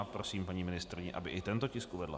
Prosím paní ministryni, aby i tento tisk uvedla.